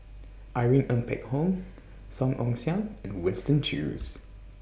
Irene Ng Phek Hoong Song Ong Siang and Winston Choos